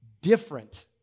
different